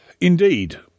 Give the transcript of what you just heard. Indeed